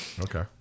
Okay